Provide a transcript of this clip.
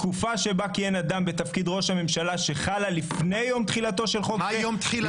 תקופה שבה כיהן אדם בתפקיד ראש הממשלה שחלה לפני יום תחילתו של חוק זה,